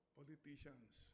politicians